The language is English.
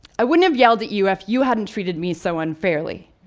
i wouldn't have yelled at you if you hadn't treated me so unfairly,